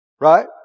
Right